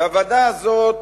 והוועדה הזאת